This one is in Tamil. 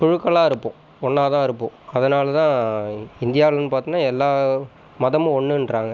குழுக்களாக இருப்போம் ஒன்றாதான் இருப்போம் அதனால்தான் இந்தியாவில்ன்னு பார்த்தம்ன்னா எல்லா மதமும் ஒன்னுன்கிறாங்க